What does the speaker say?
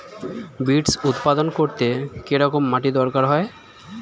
Beets উৎপাদন করতে কেরম মাটির দরকার হয়?